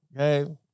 Okay